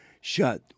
shut